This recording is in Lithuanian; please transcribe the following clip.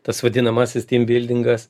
tas vadinamasis timbildingas